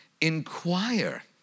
inquire